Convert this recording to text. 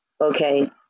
Okay